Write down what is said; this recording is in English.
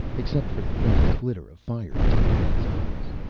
except for the faintest glitter of fire deep in his eyes.